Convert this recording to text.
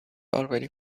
already